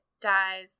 dies